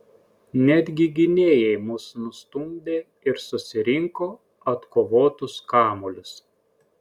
netgi gynėjai mus nustumdė ir susirinko atkovotus kamuolius